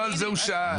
לא על זה הוא שאל.